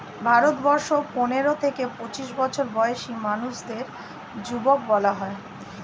ভারতবর্ষে পনেরো থেকে পঁচিশ বছর বয়সী মানুষদের যুবক বলা হয়